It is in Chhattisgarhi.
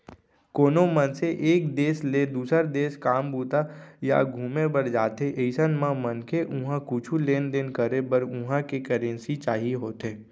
कोनो मनसे एक देस ले दुसर देस काम बूता या घुमे बर जाथे अइसन म मनसे उहाँ कुछु लेन देन करे बर उहां के करेंसी चाही होथे